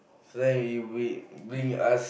so then if we bring us